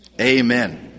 Amen